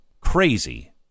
crazy